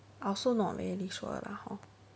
I also not very sure lah hor